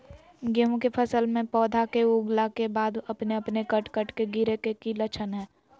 गेहूं के फसल में पौधा के उगला के बाद अपने अपने कट कट के गिरे के की लक्षण हय?